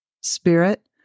Spirit